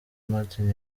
martins